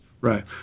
Right